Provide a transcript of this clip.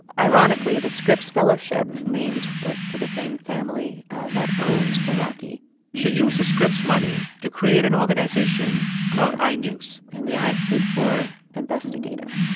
ironically, the scripps fellowship, named for the same family that owned the rocky she used the scripps money to create an organization called i-news and the i stood for investigative,